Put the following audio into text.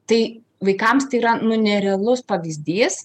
tai vaikams tai yra nu nerealus pavyzdys